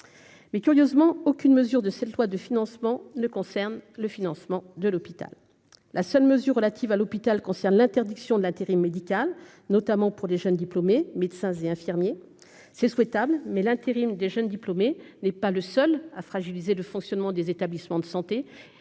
mais, curieusement, aucune mesure de cette loi de financement ne concerne le financement de l'hôpital, la seule mesure relative à l'hôpital, concerne l'interdiction de l'intérim médical, notamment pour les jeunes diplômés, médecins et infirmiers c'est souhaitable, mais l'intérim des jeunes diplômés, n'est pas le seul à fragiliser le fonctionnement des établissements de santé,